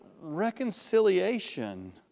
reconciliation